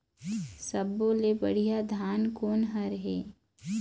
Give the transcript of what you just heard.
सब्बो ले बढ़िया धान कोन हर हे?